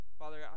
Father